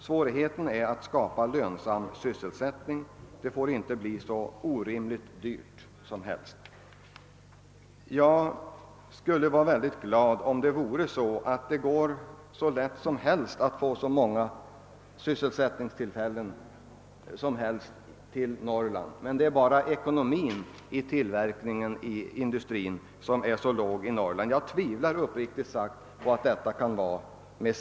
Svårigheten är att skapa lönsam sysselsättning, och det får inte bli hur dyrt som helst. Jag skulle vara mycket glad om det vore hur lätt som helst att få så många sysselsättningstillfällen som helst och om det bara vore industrins ekonomi som vore så dålig i Norrland. Jag tvivlar uppriktigt sagt på att detta stämmer.